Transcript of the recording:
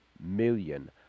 million